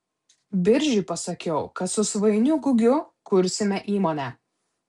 biržiui pasakiau kad su svainiu gugiu kursime įmonę